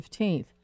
15th